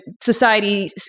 society